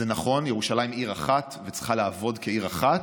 זה נכון, ירושלים עיר אחת, וצריכה לעבוד כעיר אחת,